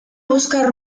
buscar